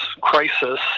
crisis